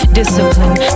discipline